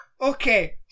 okay